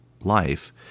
life